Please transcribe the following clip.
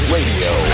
Radio